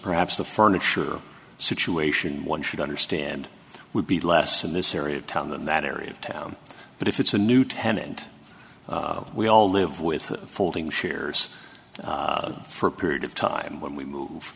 perhaps the furniture situation one should understand would be less of this area tom than that area of town but if it's a new tenant we all live with folding chairs for a period of time when we move